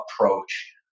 approach